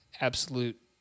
absolute